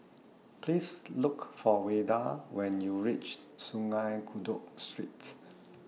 Please Look For Wayde when YOU REACH Sungei Kadut Street